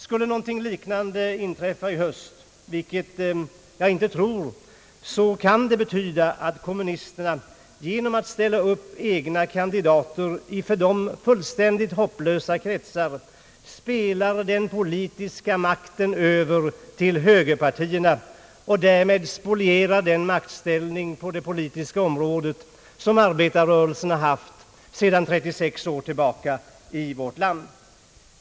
Skulle någonting liknande inträffa i höst, vilket jag inte tror, kan det betyda att kommunisterna genom att ställa upp egna kandidater i för dem fullständigt hopplösa kretsar spelar den politiska mak ten över till högerpartierna och därmed spolierar den maktställning på det politiska området som arbetarrörelsen har haft sedan 36 år tillbaka i vårt land.